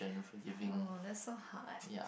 oh that's so hard